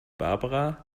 barbara